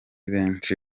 benshi